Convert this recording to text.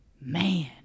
Man